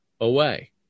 away